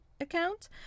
Account